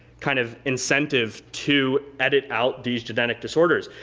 kind of incentive to edit out these genetic disorders.